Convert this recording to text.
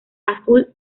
azul